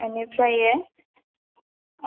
बेनिफ्रायो